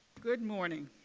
good morning.